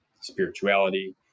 spirituality